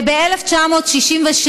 ב-1967,